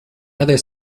other